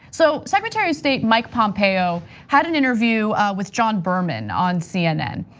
so secretary of state mike pompeo had an interview with john berman on cnn,